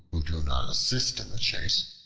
who do not assist in the chase,